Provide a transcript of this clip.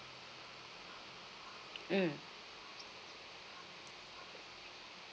mm